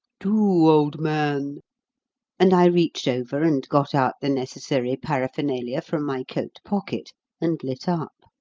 do, old man and i reached over and got out the necessary paraphernalia from my coat pocket and lit up.